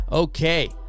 Okay